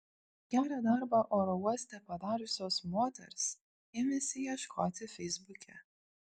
gerą darbą oro uoste padariusios moters ėmėsi ieškoti feisbuke